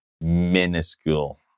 minuscule